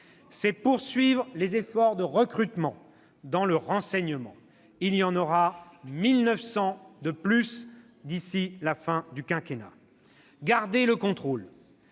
c'est poursuivre les efforts de recrutement dans le renseignement : il y en aura 1 900 d'ici la fin du quinquennat. « Garder le contrôle,